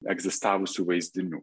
egzistavusių vaizdinių